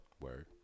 Word